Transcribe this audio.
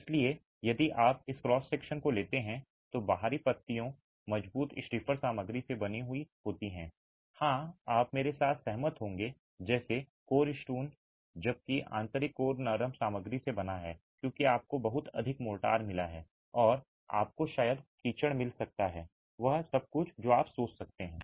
इसलिए यदि आप इस क्रॉस सेक्शन को लेते हैं तो बाहरी पत्तियां मजबूत स्टिफ़र सामग्री से बनी होती हैं हाँ आप मेरे साथ सहमत होंगे जैसे स्टोन कोर स्टोन जबकि आंतरिक कोर नरम सामग्री से बना है क्योंकि आपको बहुत अधिक मोर्टार मिला है और आपको शायद कीचड़ मिला और वह सब कुछ जो आप सोच सकते हैं